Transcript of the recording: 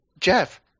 Jeff